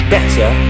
Better